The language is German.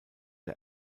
der